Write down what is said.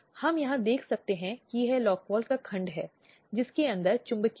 संदर्भस्लाइड देखें समय 1923 अब जब हमने कहा कि पक्षों को एक घरेलू रिश्ते में होना चाहिए